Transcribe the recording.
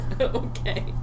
Okay